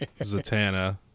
Zatanna